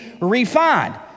refined